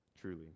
Truly